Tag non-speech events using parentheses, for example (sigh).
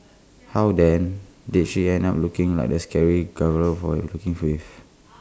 (noise) how then did she end up looking like the scary gargoyle for you looking for with